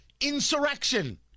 Insurrection